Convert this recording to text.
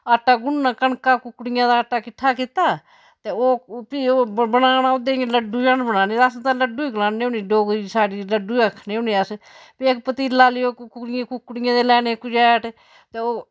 आटा गुनना कनका कुकड़ियां दा आटा किट्ठा कीता ते ओह् फ्ही ओह् बनाना ओह्दे इयां लड्डू जन बनाने अस ते लड्डू गै गलान्ने डोगरी साढ़ी च लड्डू गै आक्खने होन्ने अस फिर इक पतीला लियो कुकड़ियां कुकड़ियें दे लैने खुजैट ते ओह्